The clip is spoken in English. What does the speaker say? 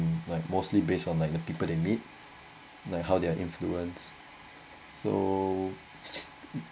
like mostly based on like the people they meet like how their influence so